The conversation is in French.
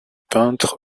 peintre